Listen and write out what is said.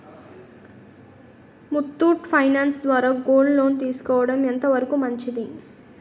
Muthoot finance ద్వారా gold loan తీసుకోవడం ఎంత వరకు మంచిది?